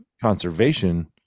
conservation